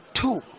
two